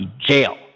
Jail